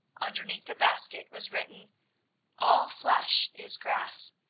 underneath the basket was written all flesh is grass,